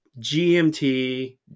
GMT